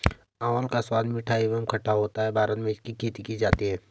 आंवले का स्वाद मीठा एवं खट्टा होता है भारत में इसकी खेती की जाती है